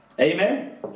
Amen